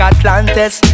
Atlantis